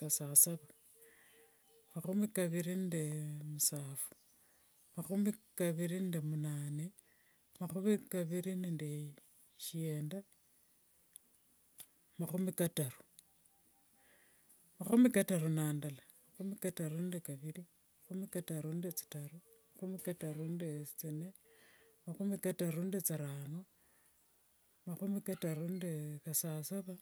kasasava, mahumi kaviri nde msafu, mahumi kaviri nde mnane, mahumi kaviri nde shienda, mahumi kataru. Mahumi katari na ndala, mahumi kataru nde kaviri, mahumi kataru nde tsitaru, mahumi kataru nde tsine, mahumi kataru nde tsirano, mahumi kataru nde kasasava.